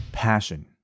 passion